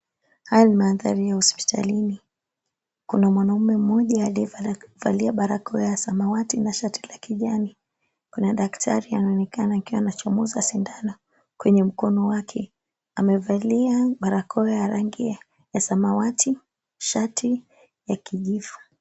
Haya ni mandhari ya hospitalini. Kuna mwanaume mmoja aliyevalia barakoa ya samawati na shati la kijani. Kuna daktari akiwa nachomoza sindano kwenye mkono wake. Amevalia barakoa ya rangi ya samawati shati ya kijivu.